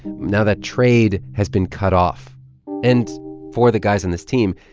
now, that trade has been cut off and for the guys on this team,